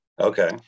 okay